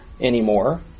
anymore